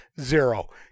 Zero